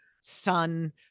sun